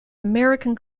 american